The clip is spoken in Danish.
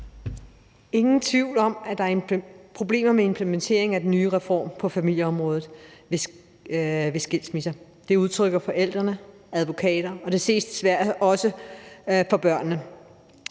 Ingen tvivl om, at der er problemer i forbindelse med implementeringen af den nye reform på familieretsområdet ved skilsmisser – det udtrykker forældre og advokater, og det ses desværre også på børnene.